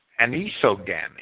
anisogamy